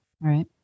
right